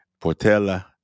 Portela